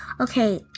okay